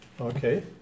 Okay